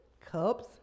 cups